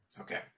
Okay